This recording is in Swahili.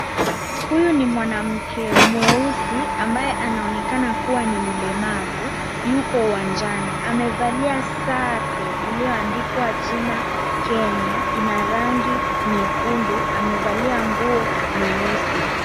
Huyu ni mwanamke mweusi ambaye anaonekana kuwa ni mlemavu yuko uwanjani. Amevalia sare ilioandikwa jina Kenya, ina rangi nyekundu, amevalia nguo nyeusi.